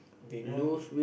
they know